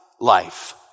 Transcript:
life